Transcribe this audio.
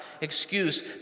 excuse